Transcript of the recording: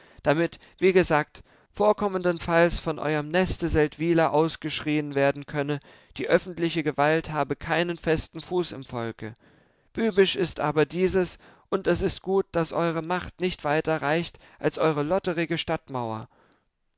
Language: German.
damit wie gesagt vorkommendenfalls von eurem neste seldwyla ausgeschrien werden könne die öffentliche gewalt habe keinen festen fuß im volke bübisch ist aber dieses und es ist gut daß eure macht nicht weiter reicht als eure lotterige stadtmauer